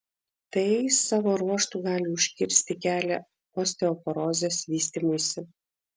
tai savo ruožtu gali užkirsti kelią osteoporozės vystymuisi